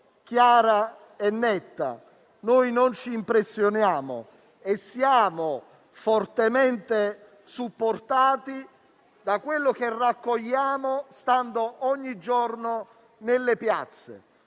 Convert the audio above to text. chiara e netta. Non ci impressioniamo e siamo fortemente supportati da quello che raccogliamo, stando ogni giorno nelle piazze.